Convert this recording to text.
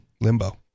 Limbo